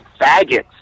faggots